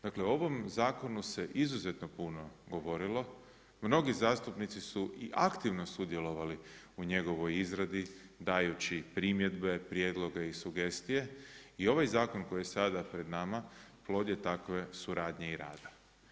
Dakle, o ovom zakonu se izuzetno puno govorilo, mnogi zastupnici su i aktivno sudjelovali u njegovoj izradi dajući primjedbe, prijedloge i sugestije, i ovaj zakoni koji je sada pred nama, plod je takve suradnje i rada.